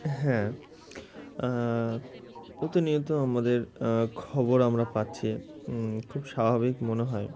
হ্যাঁ প্রতিনিয়ত আমাদের খবর আমরা পাচ্ছি খুব স্বাভাবিক মনে হয়